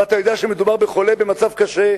ואתה יודע שמדובר בחולה במצב קשה,